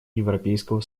европейского